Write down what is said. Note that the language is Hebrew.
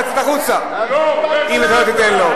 אני אגיד לך לצאת החוצה אם אתה לא תיתן לו.